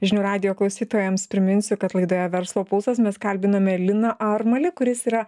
žinių radijo klausytojams priminsiu kad laidoje verslo pulsas mes kalbinome liną armalį kuris yra